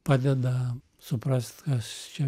padeda suprast kas čia